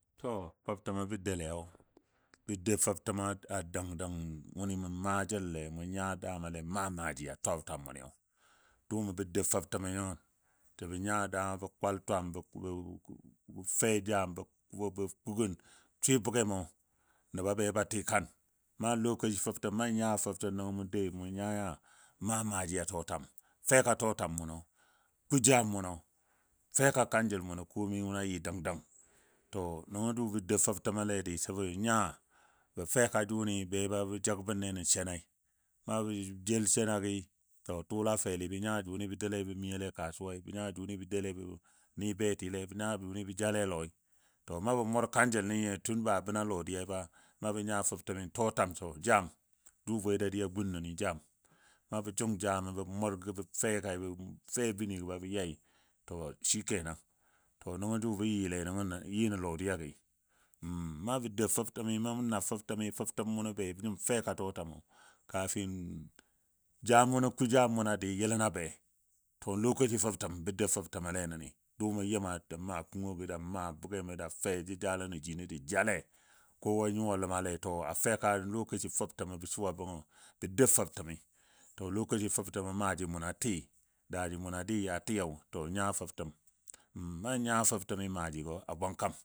To fəbtəmɔ bə doləo bə do fətəmɔ a dəng dəng wuni mu maa jəle mu nya damale maa maaji tɔtwam muni dʊʊmo gə dou fəbtəmɔ nyo sə ɓə nya dama bɔ kwal twam bə fei jam bə kʊʊgən bə swɨ bugemɔ nəbɔ be ba tikan, na lokaci fəbtəm na nya fəbtəm nəngɔ mu doui, mu nya nya maa maaji a tɔtwam. Feka tɔtwam munɔ ku jam munɔ feka kanjəl munɔ komai munɔ a yɨ dang dang to nəngɔ jʊ bə dou fəbtəmɔle disə bə nya feka jʊni be ba jəgbən ne nən shenai, na bə jel shenagi to tʊla feli bə nya jʊni bə doule bə miyole kasuwai bə nya jʊni bə doule bə bə ni betile, bə nya jʊni bə jaale a lɔi. To na bə mʊr kanjəl nɨ tun ba bən a lodiya ba. Na bə nya fəbtəmi tɔtwam jəbɔ jam jʊ bwe dadiya a gun nəni jam. Na bə jʊng jami bə mʊr bə feka bə fe a ɓəni be bə yai, to shikenan to nəngɔ jʊ a yɨ nən lodiya na bə dou fəbtəmi na nya fəbtəmi ben feika tɔtwam, kafin jam munɔ nan ku jam munɔ a dɨ yilənɔ a be to lokaci fəbtəm bə dou fəbtəmle nəni, dʊʊmɔ yim da maa da maa bʊgɛmɔ da fɛ jəjalən jino jə jale kowa nyuwa ləmale to feka lokaci fəbtəm bɔ suwa bəngɔ bə dou fəbtəmi to lokaci fəbtəmɔ maaji munɔ tɨ, da jə munɔ a diyo to n nya fəbtəm, nan nya fəbtəmi maajigɔ a bwang kam.